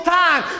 time